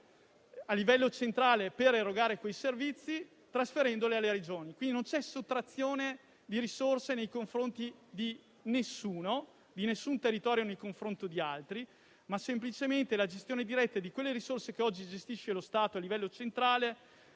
a livello centrale per erogare quei servizi, trasferendoli alle Regioni. Non c'è sottrazione di risorse nei confronti di un territorio nei confronti di altri, ma si tratta semplicemente della gestione diretta di quelle risorse che oggi gestisce lo Stato a livello centrale